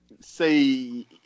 say